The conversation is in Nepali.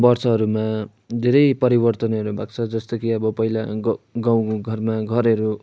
वर्षहरूमा धेरै परिवर्तनहरू भएको जस्तो कि अब पहिला गाउँ घरमा घरहरू